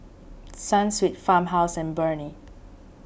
Sunsweet Farmhouse and Burnie